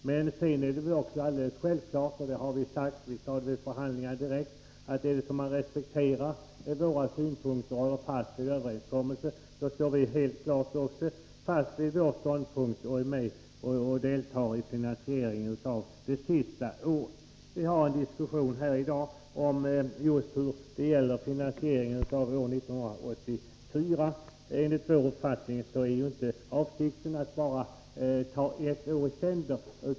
Respekterar man våra synpunkter och håller fast vid överenskommelsen, står vi — det sade vi också vid förhandlingarna — självklart helt fast vid överenskommelsen och är med och deltar i finansieringen av det sista året. Det har förts en diskussion här i dag just om finansieringen av år 1984. Enligt vår uppfattning är avsikten inte att bara ta ett år i sänder.